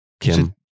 Kim